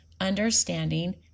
understanding